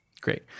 Great